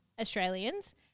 Australians